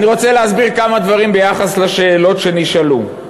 אני רוצה להסביר כמה דברים ביחס לשאלות שנשאלו.